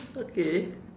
okay